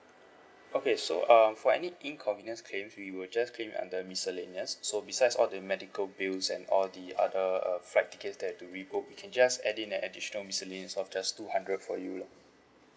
okay so err for inconvenience claim we will just claim under miscellaneous so besides all the medical bills and all the other uh flight tickets that we book you can just add in an additional miscellaneous of just two hundred for you lah